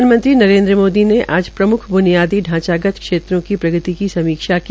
प्रधानमंत्री नरेन्द्र मोदी ने आज प्रम्ख ब्नियादी ढांचागत क्षेत्रों की प्रगति की समीक्षा की